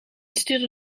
stuurde